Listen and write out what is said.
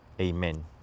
Amen